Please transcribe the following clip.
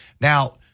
Now